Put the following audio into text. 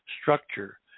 structure